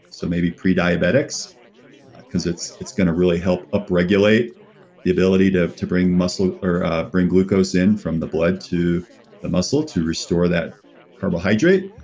so maybe prediabetics because it's it's going to really help upregulate the ability to to bring muscle or bring glucose in from the blood to the muscle to restore that carbohydrate,